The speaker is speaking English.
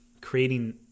creating